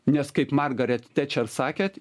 nes kaip margaret tečer sakėt